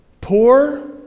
poor